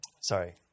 sorry